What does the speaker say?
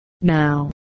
Now